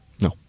No